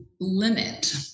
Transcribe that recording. limit